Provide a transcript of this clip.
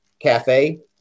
Cafe